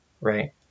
right